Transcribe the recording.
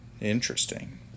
Interesting